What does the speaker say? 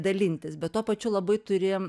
dalintis bet tuo pačiu labai turi